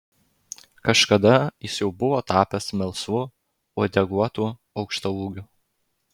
kažkada jis jau buvo tapęs melsvu uodeguotu aukštaūgiu